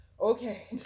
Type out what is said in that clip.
Okay